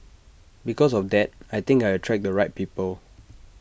because of that I think I attract the right people